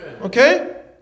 Okay